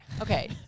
Okay